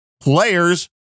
players